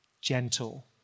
gentle